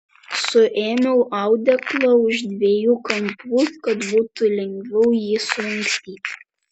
suėmiau audeklą už dviejų kampų kad būtų lengviau jį sulankstyti